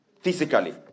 physically